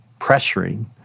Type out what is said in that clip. pressuring